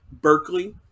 Berkeley